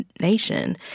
nation